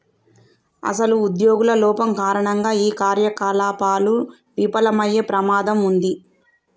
అసలు ఉద్యోగుల లోపం కారణంగా ఈ కార్యకలాపాలు విఫలమయ్యే ప్రమాదం ఉంది